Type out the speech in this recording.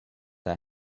that